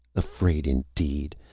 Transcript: afraid, indeed!